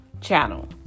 channel